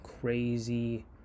crazy